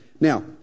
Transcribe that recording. Now